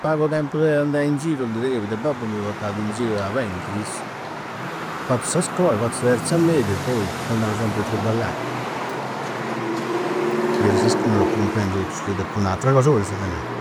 pagu tempu de andai in giru teneu poitta babbu mi pottada in giru a bendi, issu. Fattu sa scolla, fatta sa terza media e poi, seu andau sempri a tribballa. Chi cherisi ischi, non d'eu cumprendiu tottu su chi deppu nai. Attra cosa pura deppu nai?